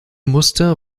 muster